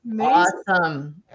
awesome